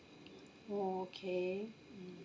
oh okay mm